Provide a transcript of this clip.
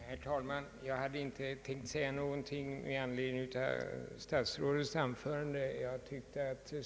Herr talman! Jag tänkte inte säga någonting med anledning av statsrådet Asplings anförande.